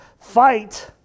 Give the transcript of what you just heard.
fight